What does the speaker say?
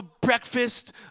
Breakfast